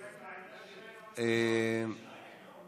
ההצעה לכלול את הנושא בסדר-היום לא